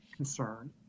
concern